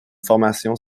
formation